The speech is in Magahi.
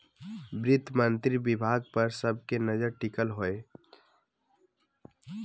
वित्त मंत्री विभाग पर सब के नजर टिकल हइ